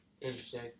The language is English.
Interesting